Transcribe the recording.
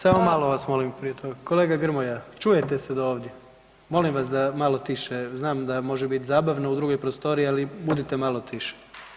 Samo malo vas molim prije toga, kolega Grmoja čujete se do ovdje, molim vas da malo tiše, znam da može biti zabavno u drugoj prostoriji, ali budite malo tiši.